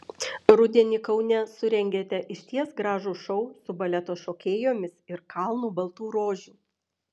rudenį kaune surengėte išties gražų šou su baleto šokėjomis ir kalnu baltų rožių